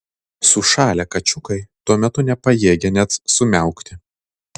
sušalę kačiukai tuo metu nepajėgė net sumiaukti